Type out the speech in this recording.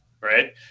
right